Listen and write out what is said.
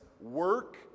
work